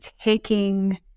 taking